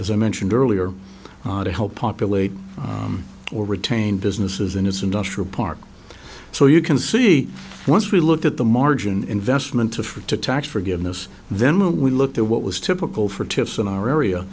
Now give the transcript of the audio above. as i mentioned earlier to help populate or retain businesses in its industrial park so you can see once we looked at the margin investment to for to tax forgiveness then we looked at what was typical for tips in our area